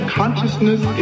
consciousness